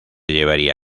llevaría